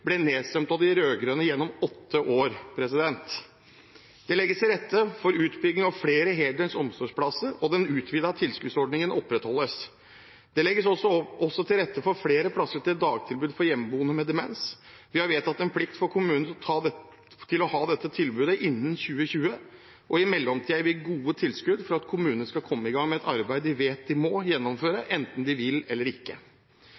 ble nedstemt av de rød-grønne gjennom åtte år. Det legges til rette for utbygging av flere heldøgns omsorgsplasser, og den utvidede tilskuddsordningen opprettholdes. Det legges også til rette for flere plasser til dagtilbud for hjemmeboende med demens. Vi har vedtatt en plikt for kommunene til å ha dette tilbudet innen 2020, og i mellomtiden gir vi gode tilskudd for at kommunene skal komme i gang med et arbeid de vet de må gjennomføre enten de vil eller ikke.